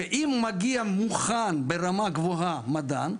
שאם הוא מגיע מוכן ברמה גבוהה, המדען,